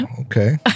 Okay